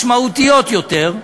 משמעותיות יותר,